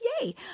Yay